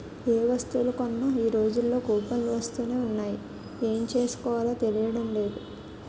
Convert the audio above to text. ఏ వస్తువులు కొన్నా ఈ రోజుల్లో కూపన్లు వస్తునే ఉన్నాయి ఏం చేసుకోవాలో తెలియడం లేదు